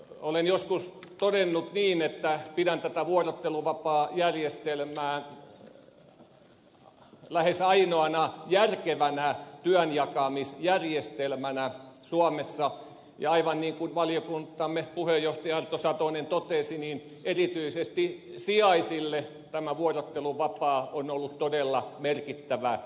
olen joskus todennut niin että pidän tätä vuorotteluvapaajärjestelmää lähes ainoana järkevänä työnjakamisjärjestelmänä suomessa ja aivan niin kuin valiokuntamme puheenjohtaja arto satonen totesi niin erityisesti sijaisille tämä vuorotteluvapaa on ollut todella merkittävä asia